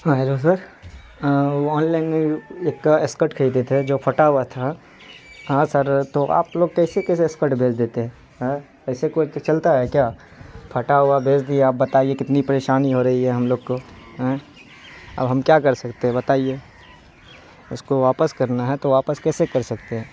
ہاں hello sir وہ online میں بھی ایک اسکرٹ خریدے تھے جو پھٹا ہوا تھا ہاں سر تو آپ لوگ کیسے کیسے اسکرٹ بھیج دیتے ہیں ہیں ایسے کوئی تو چلتا ہے کیا پھٹا ہوا بھیج دیا اب بتائیے کتنی پریشانی ہو رہی ہے ہم لوگ کو ایں اب ہم کیا کر سکتے ہیں بتائیے اس کو واپس کرنا ہے تو واپس کیسے کر سکتے ہیں